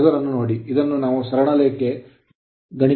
cursor ಅನ್ನು ನೋಡಿ ಇದನ್ನು ನಾವು ಸರಳ ರೇಖ ಗಣಿತದ ಮೂಲಕ ಮಾಡಬಹುದು